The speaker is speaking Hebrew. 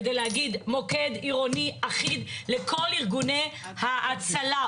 כדי להגיד מוקד עירוני אחיד לכל ארגוני ההצלה,